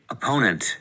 Opponent